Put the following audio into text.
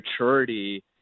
maturity